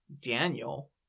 Daniel